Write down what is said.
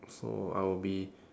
so I would be